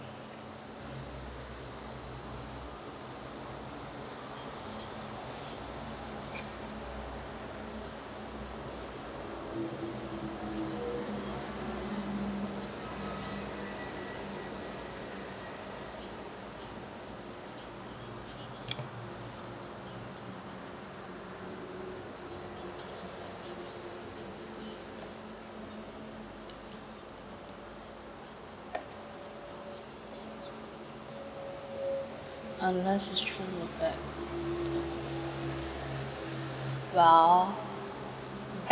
unless it's through the back well